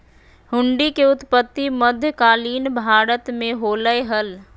हुंडी के उत्पत्ति मध्य कालीन भारत मे होलय हल